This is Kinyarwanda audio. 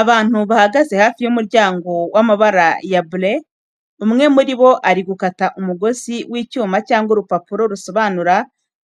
Abantu bahagaze hafi y’umuryango w’amabara ya bleu, umwe muri bo ari gukata umugozi w’icyuma cyangwa urupapuro rusobanura